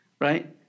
right